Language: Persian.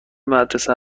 مدرسه